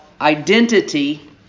identity